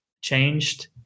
changed